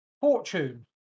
Fortune